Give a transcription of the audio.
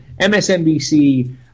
MSNBC